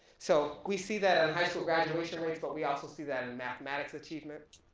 so we see that in high school graduation rates but we also see that in mathematics achievement